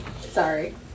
Sorry